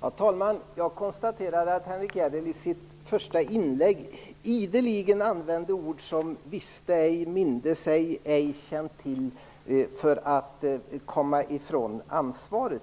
Herr talman! I sitt anförande använde Henrik S Järrel ideligen uttryck som ''visste ej'', ''mindes ej'' och ''ej känt till'' för att komma ifrån ansvaret.